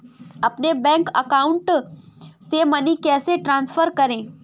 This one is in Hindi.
अपने बैंक अकाउंट से मनी कैसे ट्रांसफर करें?